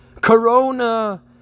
Corona